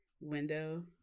window